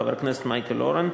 חבר הכנסת מיכאל אורן,